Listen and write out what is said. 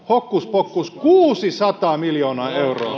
hokkuspokkus kuusisataa miljoonaa euroa